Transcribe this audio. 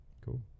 cool